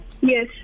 Yes